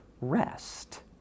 rest